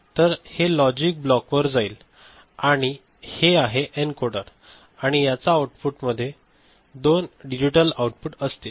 तर हे लॉजिक ब्लॉकवर जाईल आणि हे आहे एन्कोडर आणि याचा आउटपुटमध्ये 2 डिजिटल आउटपुट असतील